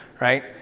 right